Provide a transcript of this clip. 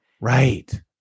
Right